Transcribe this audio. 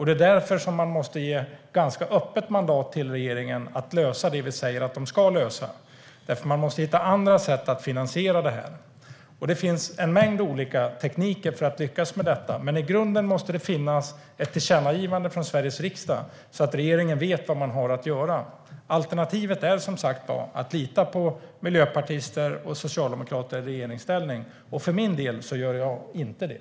Det är därför som man måste ge ett ganska öppet mandat till regeringen att lösa det som vi säger att den ska lösa. Andra sätt måste nämligen hittas för att finansiera detta. Det finns en mängd olika tekniker för att lyckas med detta. Men i grunden måste det finnas ett tillkännagivande från Sveriges riksdag, så att regeringen vet vad den har att göra. Alternativet är, som sagt, att lita på miljöpartister och socialdemokrater i regeringsställning. Jag för min del gör inte det.